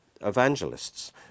evangelists